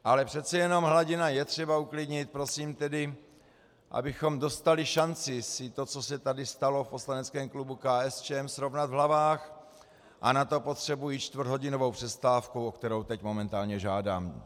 Ale přece jenom hladinu je třeba uklidnit, prosím tedy, abychom dostali šanci si to, co se tady stalo, v poslaneckém klubu KSČM srovnat v hlavách, a na to potřebuji čtvrthodinovou přestávku, o kterou teď momentálně žádám.